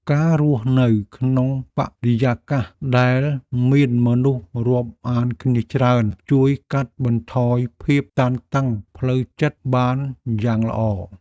ការរស់នៅក្នុងបរិយាកាសដែលមានមនុស្សរាប់អានគ្នាច្រើនជួយកាត់បន្ថយភាពតានតឹងផ្លូវចិត្តបានយ៉ាងល្អ។